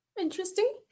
Interesting